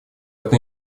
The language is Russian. эту